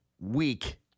week